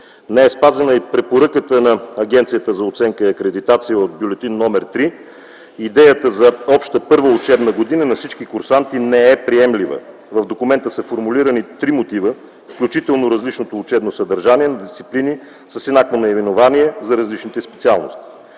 Не е спазена и препоръката на Агенцията за оценка и акредитация в бюлетин № 3. Идеята за обща първа учебна година на всички курсанти не е приемлива. В документа са формулирани три мотива, включително различното учебно съдържание на дисциплини с еднакво наименование за различните специалности.